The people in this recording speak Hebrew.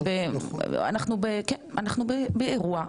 אנחנו באירוע.